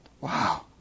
wow